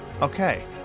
Okay